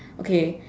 okay